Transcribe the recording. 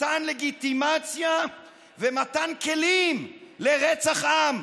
מתן לגיטימציה ומתן כלים לרצח עם,